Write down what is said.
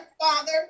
father